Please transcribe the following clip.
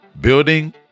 Building